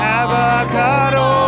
avocado